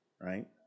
right